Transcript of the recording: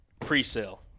pre-sale